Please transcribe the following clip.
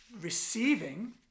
receiving